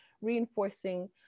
reinforcing